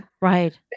Right